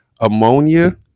ammonia